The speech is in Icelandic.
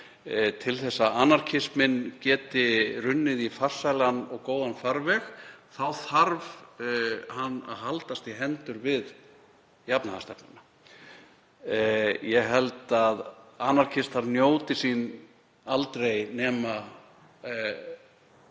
til að anarkisminn geti runnið í farsælan og góðan farveg þarf hann að haldast í hendur við jafnaðarstefnu. Ég held að anarkistar njóti sín aldrei nema